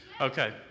Okay